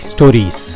Stories